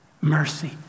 mercy